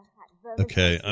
Okay